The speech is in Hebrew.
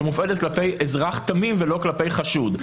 שמופעלת כלפי אזרח תמים לא כלפי חשוד.